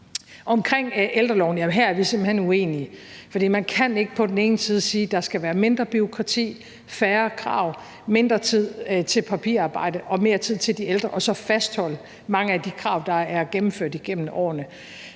ikke på den ene side sige, at der skal være mindre bureaukrati, færre krav, mindre tid til papirarbejde og mere tid til de ældre, og så på den anden side fastholde mange af de krav, der er gennemført igennem årene.